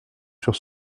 sur